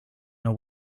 know